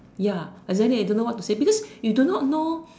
ya and then I don't know what to say because you do not know